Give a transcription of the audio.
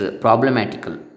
problematical